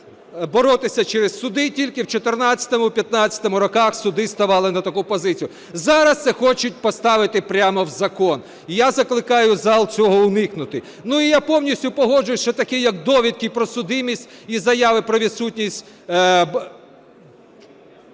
боротися через суди, тільки в 2014-2015 роках суди ставали на таку позицію. Зараз це хочуть поставити прямо в закон. І я закликаю зал цього уникнути. Ну, і я повністю погоджуюсь, що таке, як довідки про судимість і заяви про відсутність…